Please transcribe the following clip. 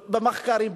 במחקרים,